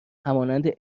همانند